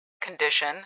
condition